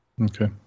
Okay